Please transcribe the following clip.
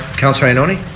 counsellor ioannoni